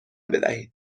بدهید